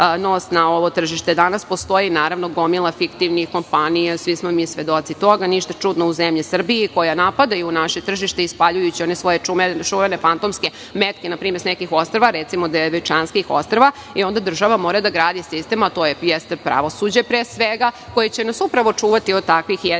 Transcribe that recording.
na ovo tržište. Danas postoji gomila fiktivnih kompanija. Svi smo mi svedoci toga. Ništa čudno u zemlji Srbiji. One napadaju naše tržište ispaljujući one svoje čuvene fantomske metke na primer sa nekih ostrva, recimo Devičanskih ostrva, i onda država mora da gradi sistem, a to je pravosuđe pre svega, koje će nas čuvati od takvih napada.